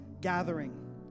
gathering